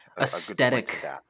aesthetic